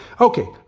Okay